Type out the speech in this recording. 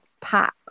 pop